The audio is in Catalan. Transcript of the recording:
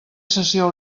sessió